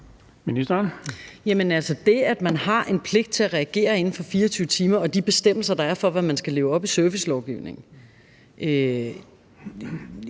pligt, man har til at reagere inden for 24 timer, og de bestemmelser, der er, for, hvad man skal leve op til i servicelovgivningen,